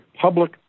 public